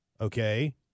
Okay